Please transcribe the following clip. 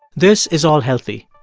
this is all healthy.